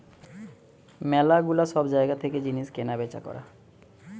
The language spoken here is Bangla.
ম্যালা গুলা সব জায়গা থেকে জিনিস কেনা বেচা করা